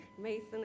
Mason